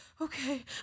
okay